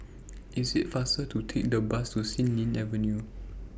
IT IS faster to Take The Bus to Xilin Avenue